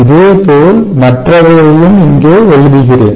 இதேபோல் மற்றவையையும் இங்கே எழுதுகிறேன்